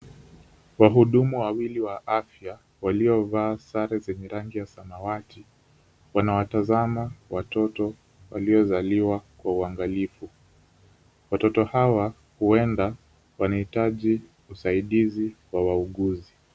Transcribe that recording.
Wahudumu wawili wa afya waliovaa sare zenye rangi ya samawati wanawatazama watoto waliozaliwa kwa uangalifu. Watoto hawa huenda wanahitaji usaidizi wa wauguzi.